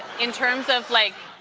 in terms of, like,